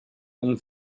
and